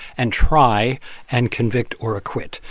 and try and convict or acquit.